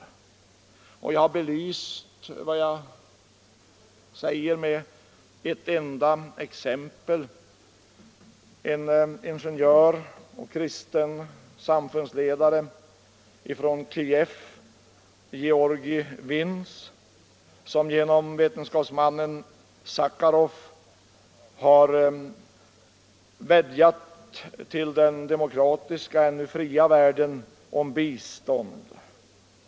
område Jag skall belysa detta med ett enda exempel. En ingenjör och kristen samfundsledare från Kiev, Georgij Petrovitch Vins, har genom vetenskapsmannen Andrei Sacharov vädjat till den demokratiska ännu fria världen om hjälp.